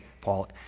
Paul